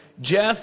Jeff